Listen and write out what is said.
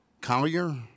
Collier